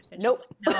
Nope